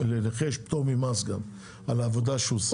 לנכה יש גם פטור ממס על עבודה שהוא עושה.